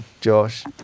Josh